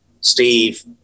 Steve